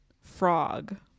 frog